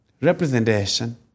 representation